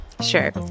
Sure